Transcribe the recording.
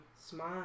smile